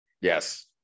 yes